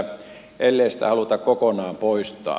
ellei sitä haluta kokonaan poistaa